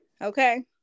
Okay